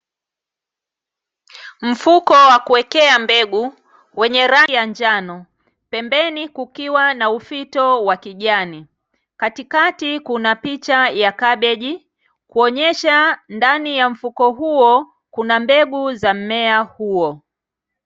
Mfuko wa kuwekea mbegu, wenye rangi ya njano, pembeni kukiwa na ufito wa kijani. Katikati kuna picha ya kabeji, kuonyesha ndani ya mfuko huo, kuna mbegu za mmea huo.